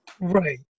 Right